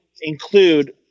include